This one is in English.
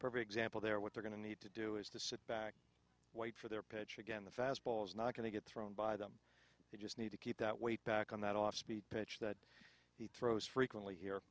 perfect example there what they're going to need to do is to sit back wait for their pitch again the fastball is not going to get thrown by them they just need to keep that weight back on that off speed pitch that he throws frequently here